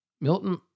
Milton